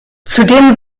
zudem